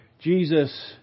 Jesus